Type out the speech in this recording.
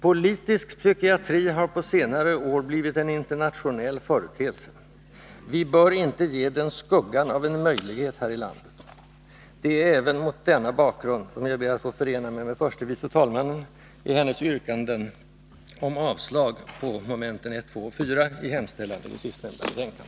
Politisk psykiatri har på senare år blivit en internationell företeelse. Vi bör inte ge den skuggan av en möjlighet här i landet. Det är även mot denna bakgrund som jag ber att få förena mig med förste vice talmannen i hennes yrkanden om avslag på momenten 1, 2 och 4 i hemställan i det sistnämnda betänkandet.